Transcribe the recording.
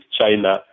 China